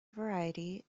variety